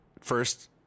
first